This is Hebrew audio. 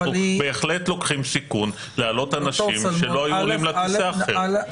אנחנו בהחלט לוקחים סיכון להעלות אנשים שלא היו עולים לטיסה אחרת.